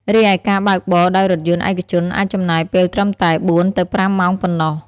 រីឯការបើកបរដោយរថយន្តឯកជនអាចចំណាយពេលត្រឹមតែ ៤ទៅ៥ ម៉ោងប៉ុណ្ណោះ។